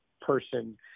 person